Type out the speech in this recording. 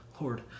Lord